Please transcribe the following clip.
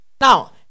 Now